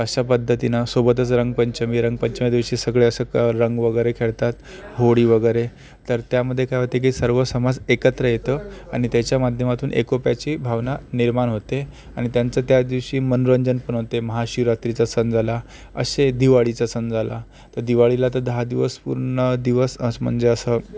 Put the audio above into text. तर अशा पद्धतीने सोबतच रंगपंचमी रंगपंचमी दिवशी सगळे असं रंग वगैरे खेळतात होळी वगैरे तर त्यामध्ये काय होते की सर्व समाज एकत्र येतो आणि त्याच्या माध्यमातून एकोप्याची भावना निर्माण होते आणि त्यांचं त्यादिवशी मनोरंजन पण होते महाशिवरात्रीचा सण झाला असे दिवाळीचा सण झाला तर दिवाळीला तर दहा दिवस पूर्ण दिवस अस म्हणजे असं